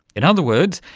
in other words,